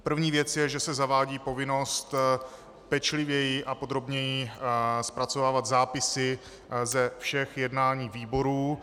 První věc je, že se zavádí povinnost pečlivěji a podrobněji zpracovávat zápisy ze všech jednání výborů.